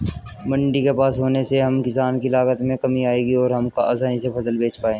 मंडी के पास होने से हम किसान की लागत में कमी आएगी और हम आसानी से फसल बेच पाएंगे